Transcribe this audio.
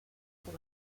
por